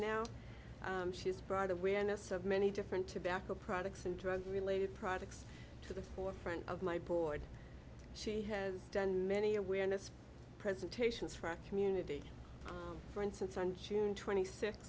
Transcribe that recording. now she's brought awareness of many different tobacco products and drug related products to the forefront of my board she has done many awareness presentations for our community for instance on june twenty six